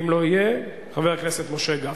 ואם לא יהיה - חבר הכנסת משה גפני.